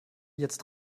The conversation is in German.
jetzt